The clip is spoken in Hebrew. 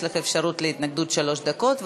יש לך אפשרות להתנגדות בשלוש דקות,